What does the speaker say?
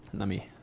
let me